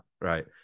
Right